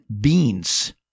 beans